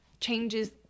changes